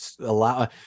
allow